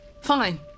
Fine